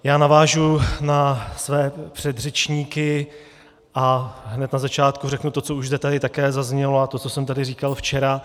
Já navážu na své předřečníky a hned na začátku řeknu to, co už zde také zaznělo, a to, co jsem tady říkal včera.